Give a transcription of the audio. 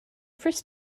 first